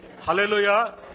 Hallelujah